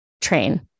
train